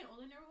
older